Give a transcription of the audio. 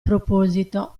proposito